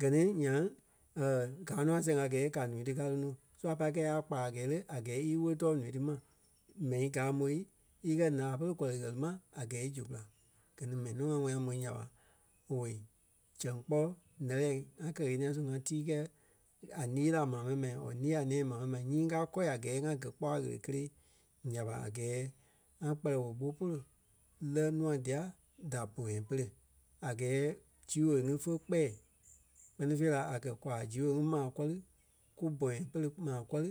gɛ ni nyaŋ káa nɔ a sɛŋ a gɛɛ ka ǹúu ti ka lóno. So a pâi kɛɛ ya kpa a gɛɛ le, a gɛɛ í íwoli tɔɔ ǹúu ti ma mɛni gaa môi e kɛ̀ láa pere kɔ̀ri kwaa ti ma a gɛɛ í zu kula. Gɛ ni mɛni nɔ ŋa wɛli ŋá mò nya ɓa owei. Zɛŋ kpɔ́ lɛ́lɛ ŋa kɛ ɣeniɛi su ŋa tii kɛɛ a lîi laa maa mɛni ma or lîi a nɛ̃ɛ maa mɛni ma nyii ŋ́gaa kɔ a gɛɛ ŋá gɛ̀ kpɔ́ a ɣele kélee nya ɓa a gɛɛ ŋa kpɛlɛɛ woo ɓó pere lɛ́ nûa dia da bɔ̃yɛ pere. A gɛɛ zii woo ŋí fe kpɛɛ kpɛ́ni la a kɛ̀ kwaa zii woo ŋí maa kɔri kú bɔ̃yɛ pere maa kɔri